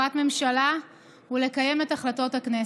הממשלה ולקיים את החלטות הכנסת.